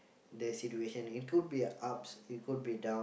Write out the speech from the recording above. the situation it could be ups it could be down